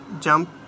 jump